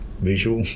visual